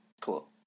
cool